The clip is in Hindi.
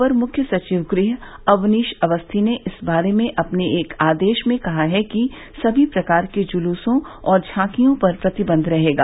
अपर मुख्य सचिव गृह अवनीश अवस्थी ने इस बारे में अपने एक आदेश में कहा है कि सभी प्रकार के जुलूसों और झांकियों पर प्रतिबंध रहेगा